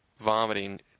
vomiting